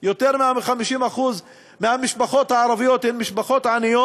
יותר מ-50% מהמשפחות הערביות הן משפחות עניות.